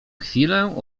chwilę